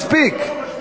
מספיק.